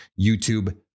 YouTube